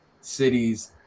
cities